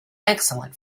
excellent